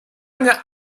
eine